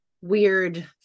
weird